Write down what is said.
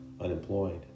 unemployed